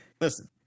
Listen